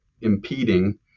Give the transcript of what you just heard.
impeding